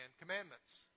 commandments